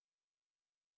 okay